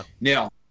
Now